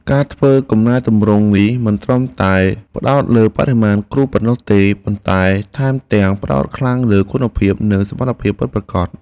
ការធ្វើកំណែទម្រង់នេះមិនត្រឹមតែផ្តោតលើបរិមាណគ្រូប៉ុណ្ណោះទេប៉ុន្តែថែមទាំងផ្តោតខ្លាំងលើគុណភាពនិងសមត្ថភាពពិតប្រាកដ។